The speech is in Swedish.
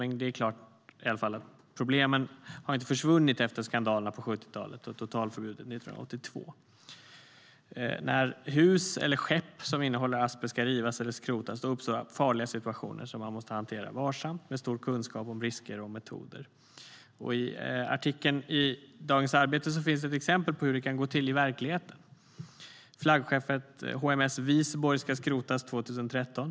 Men klart är i alla fall att problemen inte har försvunnit efter skandalerna på 70-talet och totalförbudet 1982. När hus eller skepp som innehåller asbest ska rivas eller skrotas uppstår farliga situationer som man måste hantera varsamt och med stor kunskap om risker och metoder. I artikeln i Dagens Arbete finns ett exempel på hur det kan gå till i verkligheten. Flaggskeppet HMS Visborg ska skrotas 2013.